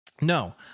No